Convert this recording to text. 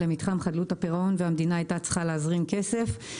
למתחם חדלות הפירעון והמדינה הייתה צריכה להזרים כסף.